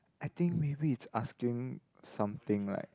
I think maybe it's asking something like